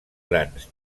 grans